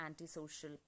antisocial